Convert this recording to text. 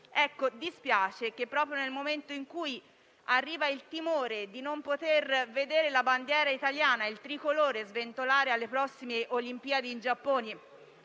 fondo. Dispiace che, proprio nel momento in cui si ha il timore di non poter vedere la bandiera italiana, il tricolore, sventolare alle Olimpiadi in Giappone